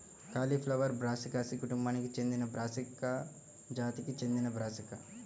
cauliflower బ్రాసికాసి కుటుంబానికి చెందినబ్రాసికా జాతికి చెందినబ్రాసికా